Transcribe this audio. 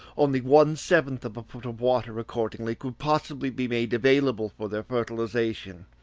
only one-seventh of a foot of water, accordingly, could possibly be made available for their fertilisation,